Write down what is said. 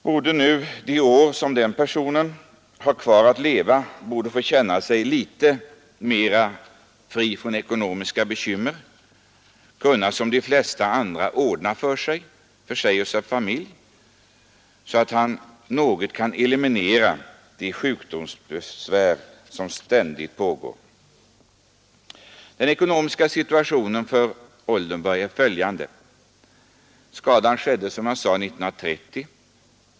Under de år som den personen har kvar att leva borde han få känna sig något mera fri från ekonomiska bekymmer och kunna som de flesta andra ordna för sig och sin familj och försöka eliminera de sjukdomsbesvär som ständigt gör sig på minda. Den ekonomiska situationen för Oldenburg är följande: Skadan skedde alltså 1930.